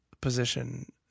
position